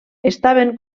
estaven